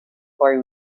four